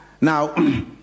Now